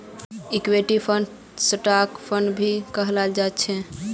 equity फंडक stock fund भी कहाल जा छे